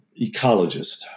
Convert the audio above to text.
ecologist